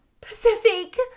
Pacific